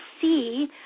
see